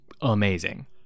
amazing